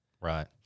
right